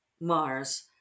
Mars